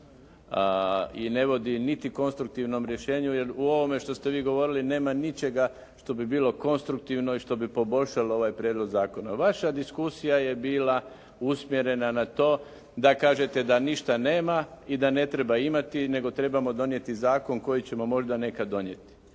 I ne vodi niti konstruktivnom rješenju jer u ovome što ste vi govorili nema ničega što bi bilo konstruktivno i što bi poboljšalo ovaj prijedlog zakona. Vaša diskusija je bila usmjerena na to da kažete da ništa nema i da ne treba imati nego trebamo donijeti zakon koji ćemo možda nekad donijeti.